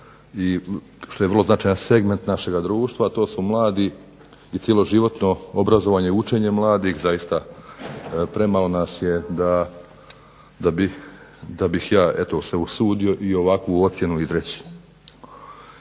što je vrlo značajan segment našega društva, a to su mladi i cjeloživotno obrazovanje i učenje mladih, zaista premalo nas je da bih ja eto se usudio i ovakvu ocjenu izreći.